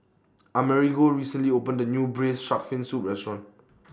Amerigo recently opened A New Braised Shark Fin Soup Restaurant